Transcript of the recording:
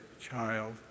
child